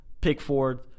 Pickford